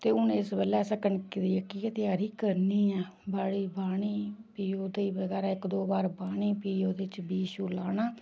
ते हून इस बेल्लै अस कनकै दी जेह्की त्यारी करनी ऐ बाड़ी बाह्नी फ्ही ओह्दी बगैरा इक दो बार बाह्नी फ्ही ओह्दे च बीऽ छीऽ लाना